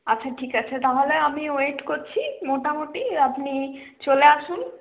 আচ্ছা ঠিক আছে তাহলে আমি ওয়েট করছি মোটামুটি আপনি চলে আসুন